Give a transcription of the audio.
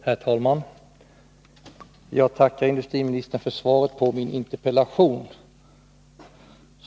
Herr talman! Jag tackar industriministern för svaret på min interpellation.